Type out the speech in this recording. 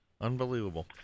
Unbelievable